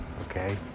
Okay